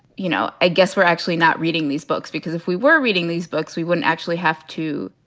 you know, i guess we're actually not reading these books because if we were reading these books, we wouldn't actually have to,